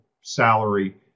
salary